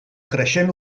creixent